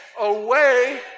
away